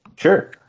Sure